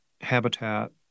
habitat